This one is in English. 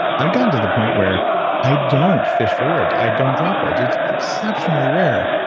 i've gotten to the point where i don't fish for words, i don't drop words. it's exceptionally rare.